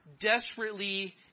Desperately